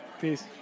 peace